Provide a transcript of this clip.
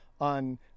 On